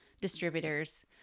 distributors